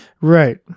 Right